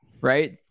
Right